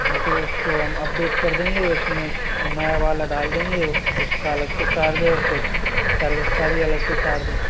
हाँ तो उसको हम अपडेट कर देंगे उसमें नया वाला डाल देंगे उसका अलग से चार्ज है फिर सर्विस का भी अलग से चार्ज है